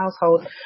household